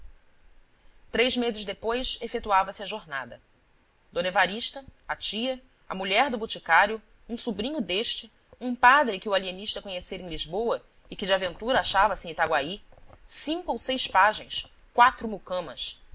três meses depois efetuava se a jornada d evarista a tia a mulher do boticário um sobrinho deste um padre que o alienista conhecera em lisboa e que de aventura achava-se em itaguaí cinco ou seis pajens quatro mucamas tal